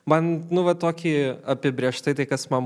man nu va tokį apibrėžtai tai kas man